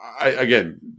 again